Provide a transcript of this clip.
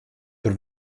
der